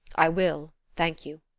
i will, thank you.